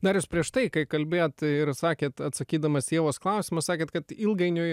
dar jūs prieš tai kai kalbėjot ir sakėt atsakydamas į ievos klausimą sakėt kad ilgainiui